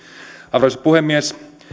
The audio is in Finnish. arvoisa puhemies